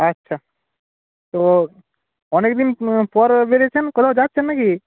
আচ্ছা তো অনেকদিন পর বেরিয়েছেন কোথাও যাচ্ছেন নাকি